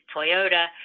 Toyota